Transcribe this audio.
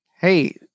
Hey